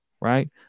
Right